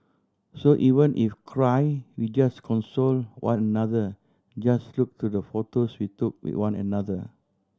so even if cry we just console one another just look through the photos we took with one another